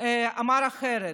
אמר אחרת: